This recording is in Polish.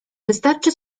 wystarczy